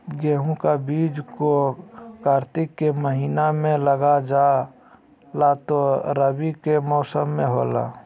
गेहूं का बीज को कार्तिक के महीना में लगा जाला जो रवि के मौसम में होला